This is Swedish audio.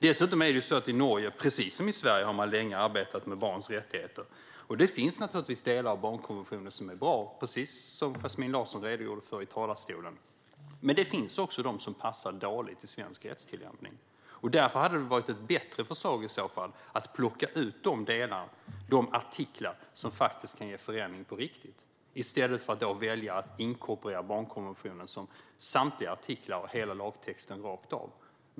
I Norge, precis som i Sverige, har man länge arbetat med barns rättigheter. Det finns naturligtvis delar av barnkonventionen som är bra, precis som Yasmine Larsson redogjorde för i talarstolen, men det finns också de delar som passar dåligt i svensk rättstillämpning. Därför hade det varit ett bättre förslag att plocka ut de artiklar som faktiskt kan innebära en förändring på riktigt i stället för att välja att inkorporera barnkonventionen med samtliga artiklar och hela lagtexten rakt av.